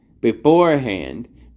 beforehand